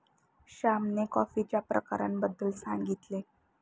श्यामने कॉफीच्या प्रकारांबद्दल सांगितले